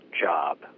job